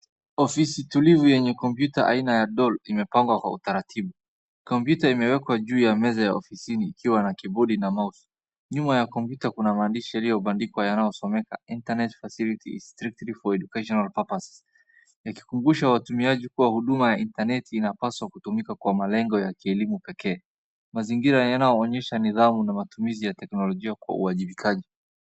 Ofisi tulivu yenye kompyuta aina ya Doll imepangwa kwa utaratibu. Kompyuta imewekwa juu ya meza ya ofisini ikiwa na keyboard na mouse .nyuma ya kompyuta kuna maandishi yaliyobandikwa yanayosomeka internet facilities strictly for education purposes, yakikumbushawatumiaji kuwa huduma ya internet inapaswa kutumika kwa malengo ya kielimu pekee. Mazingira yanaonyesha nidhamu na matumizi ya teknolojia kwa uwajibikaji.